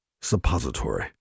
suppository